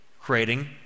creating